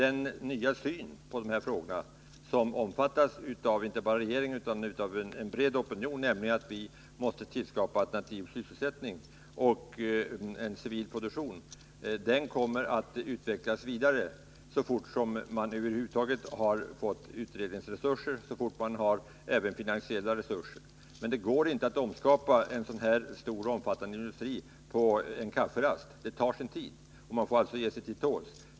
Den nya synen på dessa frågor, som omfattas inte bara av regeringen utan av en bred opinion, nämligen att vi måste tillskapa alternativ sysselsättning och en civil produktion, kommer att utvecklas vidare så fort man över huvud taget har fått utredningsresurser och finansiella resurser. Men det går inte att omskapa en sådan här stor och omfattande industri på en kafferast. Det tar sin tid, och man får ge sig till tåls.